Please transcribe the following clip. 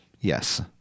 Yes